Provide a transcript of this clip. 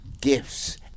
gifts